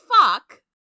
fuck